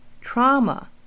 trauma